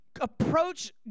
approach